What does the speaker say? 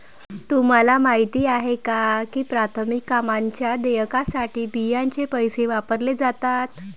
तुम्हाला माहिती आहे का की प्राथमिक कामांच्या देयकासाठी बियांचे पैसे वापरले जातात?